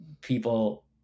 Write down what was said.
people